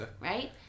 right